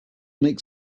make